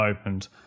opened